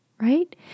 right